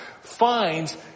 Finds